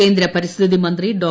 കേന്ദ്ര പരിസ്ഥിതി മന്ത്രി ഡോ